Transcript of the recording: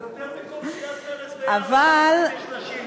יותר מכל סיעת מרצ ביחד בליכוד יש נשים.